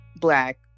black